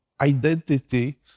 identity